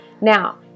Now